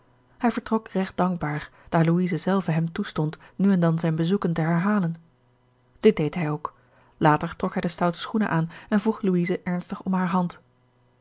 hij vertrok regt dankbaar daar louise zelve hem toestond nu en dan zijne bezoeken te herhalen dit deed hij ook later trok hij de stoute schoenen aan en vroeg louise ernstig om hare hand